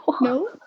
no